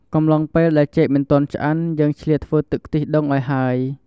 កំឡុងពេលដែលចេកមិនទាន់ឆ្អិន យើងឆ្លៀតធ្វើទឹកខ្ទិះដូងឱ្យហើយ។